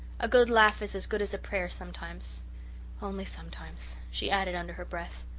a good laugh is as good as a prayer sometimes only sometimes, she added under her breath.